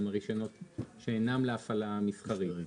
כלומר, רישיונות שאינם להפעלה מסחרית.